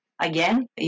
again